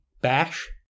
Bash